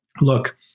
look